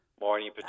Morning